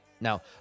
Now